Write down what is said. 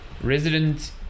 resident